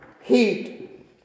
heat